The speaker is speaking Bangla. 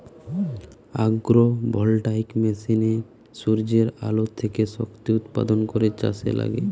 আগ্রো ভোল্টাইক মেশিনে সূর্যের আলো থেকে শক্তি উৎপাদন করে চাষে লাগে